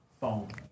Phone